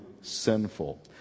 sinful